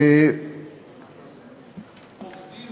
עובדים